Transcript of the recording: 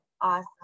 awesome